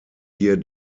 hier